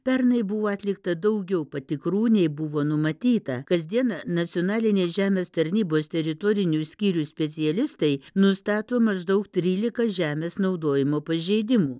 pernai buvo atlikta daugiau patikrų nei buvo numatyta kasdien nacionalinės žemės tarnybos teritorinių skyrių specialistai nustato maždaug trylika žemės naudojimo pažeidimų